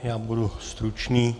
Já budu stručný.